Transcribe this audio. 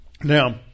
Now